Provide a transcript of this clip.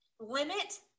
Limit